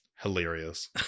hilarious